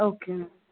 okay ma'am